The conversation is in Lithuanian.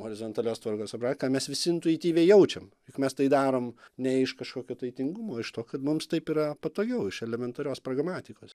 horizontalios tvarkos abra ką mes visi intuityviai jaučiam juk mes tai darom ne iš kažkokio tai tingumo iš to kad mums taip yra patogiau iš elementarios pragmatikos